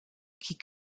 qui